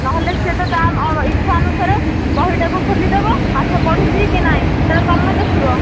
ନହେଲେ ସିଏ ତ ତା ଇଚ୍ଛା ଅନୁସାରେ ବହି ଟାକୁ ଖୋଲିଦେବ ପାଠ ପଢୁଛି କି ନାଇଁ ସେ ତମେ ଦେଖିବ